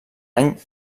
any